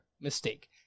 mistake